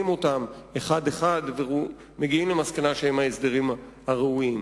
אחד-אחד ומגיעים למסקנה שהם ההסדרים הראויים.